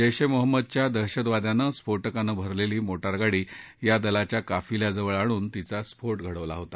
जधीरे मोहम्मदच्या दहशतवाद्यानं स्फोटकानं भरलेली मोटारगाडी या दलाच्या काफिल्याजवळ आणून तिचा स्फोट घडवला होता